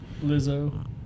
Lizzo